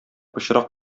пычрак